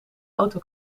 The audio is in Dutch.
auto